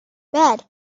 bed